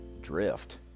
drift